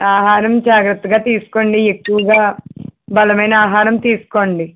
ఆహారం జాగ్రత్తగా తీసుకోండి ఎక్కువగా బలమైన ఆహారం తీసుకోండి